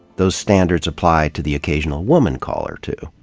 those standards apply to the occasional woman caller, too.